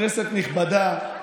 כנסת נכבדה,